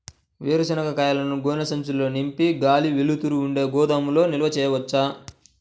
వేరుశనగ కాయలను గోనె సంచుల్లో నింపి గాలి, వెలుతురు ఉండే గోదాముల్లో నిల్వ ఉంచవచ్చా?